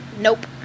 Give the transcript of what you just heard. nope